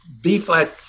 B-flat